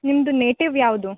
ನಿಮ್ಮದು ನೇಟಿವ್ ಯಾವುದು